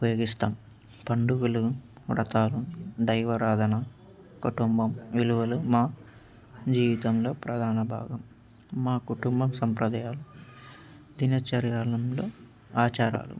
ఉపయోగిస్తాం పండుగలు వ్రతాలు దైవారాధన కుటుంబం విలువలు మా జీవితంలో ప్రధాన భాగం మా కుటుంబం సంప్రదాయాలు దినచర్యాలంలో ఆచారాలు